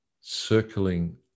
circling